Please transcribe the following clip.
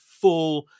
full